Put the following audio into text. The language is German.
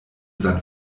sein